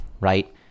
right